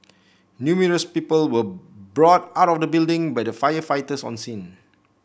numerous people were brought out of the building by the firefighters on scene